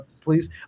please